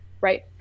Right